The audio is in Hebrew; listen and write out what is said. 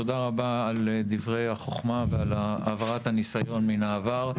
תודה רבה על דברי החכמה ועל העברת הניסיון מן העבר.